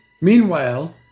Meanwhile